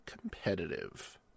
competitive